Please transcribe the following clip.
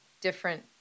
different